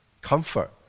comfort